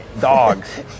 dogs